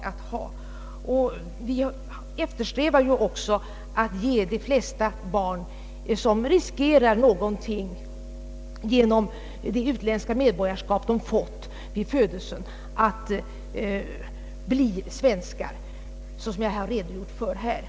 Och av min re Om svenskt medborgarskap för barn dogörelse framgår ju att vi i Sverige eftersträvar att ge svenskt medborgarskap fortast möjligt åt alla barn, som riskerar någonting genom sitt utländska medborgarskap.